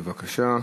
בבקשה.